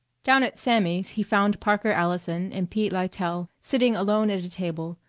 down at sammy's he found parker allison and pete lytell sitting alone at a table,